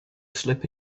slip